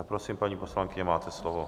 Tak prosím, paní poslankyně, máte slovo.